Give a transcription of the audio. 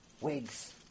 wigs